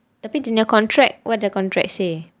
tapi dia punya contract what the contract say